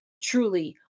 truly